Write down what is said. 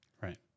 Right